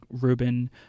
Ruben